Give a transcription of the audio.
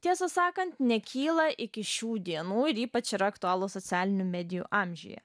tiesą sakant nekyla iki šių dienų ir ypač yra aktualūs socialinių medijų amžiuje